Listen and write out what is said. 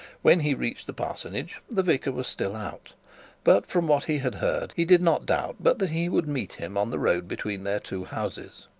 when he reached the parsonage the vicar was still out but, from what he had heard, he did not doubt but that he would meet him on the road between their two houses.